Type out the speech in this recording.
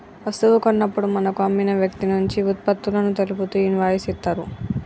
వస్తువు కొన్నప్పుడు మనకు అమ్మిన వ్యక్తినుంచి వుత్పత్తులను తెలుపుతూ ఇన్వాయిస్ ఇత్తరు